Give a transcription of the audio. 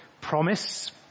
promise